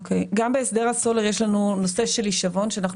בהסדר הסולר יש לנו נושא של הישבון שאנחנו